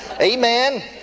Amen